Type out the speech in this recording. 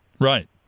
Right